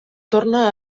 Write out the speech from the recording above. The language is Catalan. torna